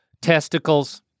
Testicles